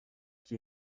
qui